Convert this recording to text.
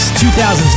2000s